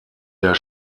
der